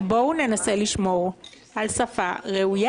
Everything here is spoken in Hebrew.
בואו ננסה לשמור על שפה ראויה.